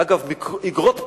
אגב, איגרות פיקודיות,